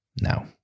No